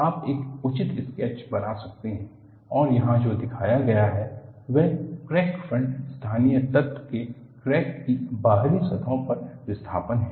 आप एक उचित स्केच बना सकते हैं और यहां जो दिखाया गया है वह क्रैक फ्रंट स्थानीय तत्व के क्रैक की बाहरी सतहों का विस्थापन है